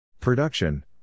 Production